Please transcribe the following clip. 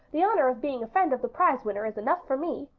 the honor of being a friend of the prizewinner is enough for me.